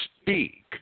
speak